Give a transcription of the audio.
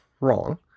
wrong